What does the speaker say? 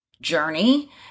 journey